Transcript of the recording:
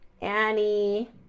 Annie